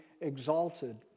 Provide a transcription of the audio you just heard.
exalted